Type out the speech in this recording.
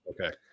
Okay